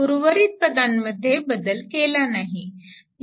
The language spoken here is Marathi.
उर्वरित पदांमध्ये बदल केला नाही